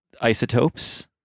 Isotopes